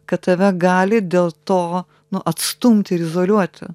kad tave gali dėl to nu atstumti ir izoliuoti